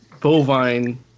bovine